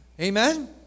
Amen